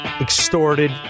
extorted